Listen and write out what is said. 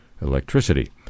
electricity